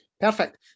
Perfect